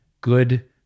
good